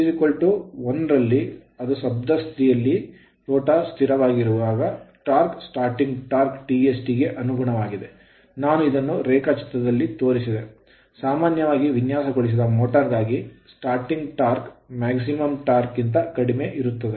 S 1 ರಲ್ಲಿ ಅದು ಸ್ತಬ್ಧ ಸ್ಥಿತಿ ರೋಟರ್ ಸ್ಥಿರವಾಗಿರುವಾಗ torque ಟಾರ್ಕ್ starting torque ಆರಂಭಿಕ ಟಾರ್ಕ್ Tst ಗೆ ಅನುಗುಣವಾಗಿದೆ ನಾನು ಇದನ್ನು ರೇಖಾಚಿತ್ರದಲ್ಲಿ ತೋರಿಸಿದೆ ಸಾಮಾನ್ಯವಾಗಿ ವಿನ್ಯಾಸಗೊಳಿಸಿದ ಮೋಟರ್ ಗಾಗಿ starting torque ಆರಂಭಿಕ ಟಾರ್ಕ್ maximum torque ಗರಿಷ್ಠ ಟಾರ್ಕ್ ಕ್ಕಿಂತ ಕಡಿಮೆ ಇರುತ್ತದೆ